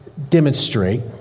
demonstrate